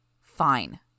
Fine